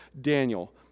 Daniel